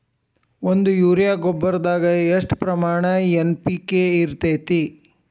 ಒಂದು ಯೂರಿಯಾ ಗೊಬ್ಬರದಾಗ್ ಎಷ್ಟ ಪ್ರಮಾಣ ಎನ್.ಪಿ.ಕೆ ಇರತೇತಿ?